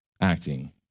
acting